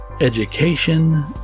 education